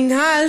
המינהל,